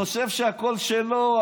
חושב שהכול שלו,